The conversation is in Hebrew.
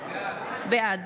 בעד